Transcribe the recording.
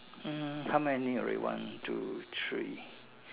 hmm how many already one two three